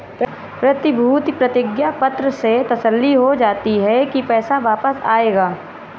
प्रतिभूति प्रतिज्ञा पत्र से तसल्ली हो जाती है की पैसा वापस आएगा